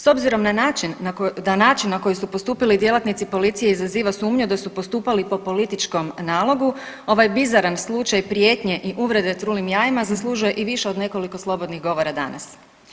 S obzirom na način na koji su postupili djelatnici policije izaziva sumnju da su postupali po političkom nalogu ovaj bizaran slučaj prijetnje i uvrede trulim jajima zaslužuje i više od nekoliko slobodnih govora danas.